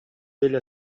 delle